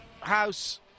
House